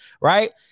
right